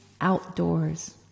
outdoors